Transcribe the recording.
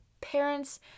parents